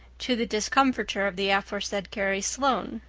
to the discomfiture of the aforesaid carrie sloane.